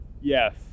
Yes